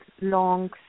long